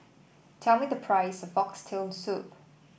tell me the price of Oxtail Soup